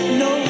no